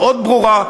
מאוד ברורה,